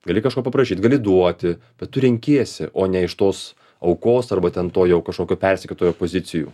gali kažko paprašyt gali duoti bet tu renkiesi o ne iš tos aukos arba ten to jau kažkokio persekiotojo pozicijų